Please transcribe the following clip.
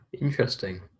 Interesting